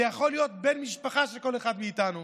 זה יכול להיות בן משפחה של כל אחד מאיתנו.